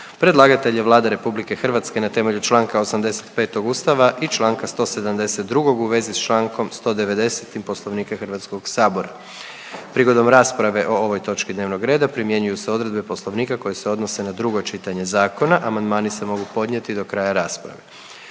Predlagatelj je Vlada RH na temelju čl. 85. Ustava i čl. 172., a u vezi s čl. 190. Poslovnika HS-a. Prigodom rasprave o ovoj točki dnevnog reda primjenjuju se odredbe poslovnika koje se odnose na drugo čitanje zakona. Amandmani se mogu podnijeti do kraja rasprave,